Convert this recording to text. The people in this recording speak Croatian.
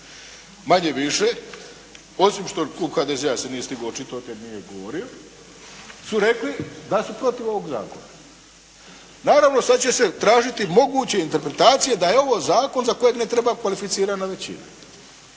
manje-više osim što klub HDZ-a nije stigao očitovati jer nije odgovorio, su rekli da su protiv ovog zakona. Naravno sad će se tražiti moguće interpretacije da je ovo zakon za kojeg ne treba kvalificirana većina.